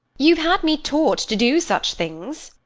you've had me taught to do such things!